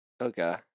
Okay